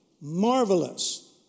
marvelous